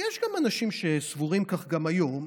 ויש גם אנשים שסבורים כך גם היום,